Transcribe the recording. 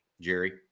Jerry